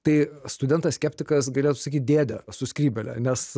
tai studentas skeptikas galėtų sakyt dėdė su skrybėle nes